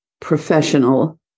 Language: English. professional